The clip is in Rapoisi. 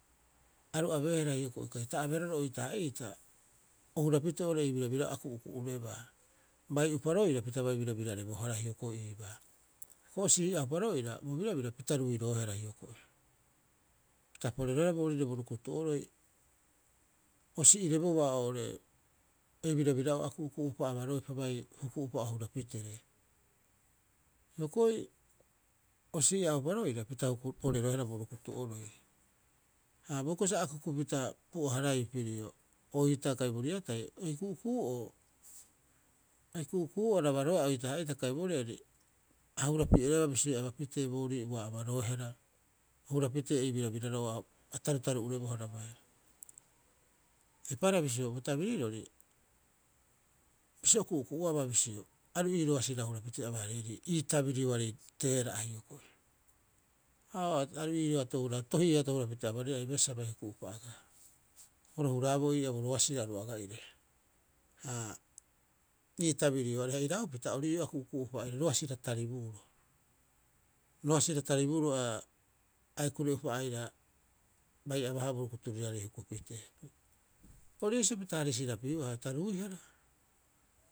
Aru abeehara hioko'i kai ta abeehara roo'ore oitaa'iita o hura pitee oo'ore ei birabira'oo a ku'ukurebaa. Bai'upa roira pita bai birabirarebohara hioko'i iibaa. Hioko'i o si'iha'upa roira bo birabira pita ruiroehara hioko'i. Pita poreroehara boorire bo rukutu'oroi o si'irebouba oo'ore ei birabira'oo a ku'uku'u'upa abaroepa bai huku'upa o hura pitere. Hioko'i o si'ihaa'upa roira pita poreroehara bo rukutu'oroi, ha boikiro sa akukpita pu'aharaiiu pirio oitaa kai bo riatai. Ei ku'uku'u'oo, ei ku'uku'u'oo arabaroea oitaa'ita kai bo riari, a hurapi'ereba bisioi a bapitee boorii ua abaroehara, o hura pitee ei birabiraro'oo a tarutaru'urebohara bai. Eipareha bisio bo tabirirori bisio o ku'uku'uaba bisio, aru ii roasirao hura pitee abahareeri ii tabirioarei teera'a hioko'i. Aa, aru iiato tohi'eato hura- haaborii aibaarii sa bai huku'upa aga oro huraabo ii'aa bo roasira oru aga'ire. Aa, ii tabirioarei, ha iraupta, ori ii'oo a kuukuu'upa aira, roasira taribuuro, roasira taribuuro aae kure'upa aira bai aba'aha bo rukuturiarei huku pitee. Ori iisii pita harisirapiuaha, ta ruihara.